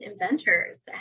inventors